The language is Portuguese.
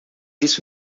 isso